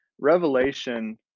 revelation